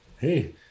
hey